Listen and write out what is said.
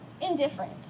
indifferent